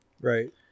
Right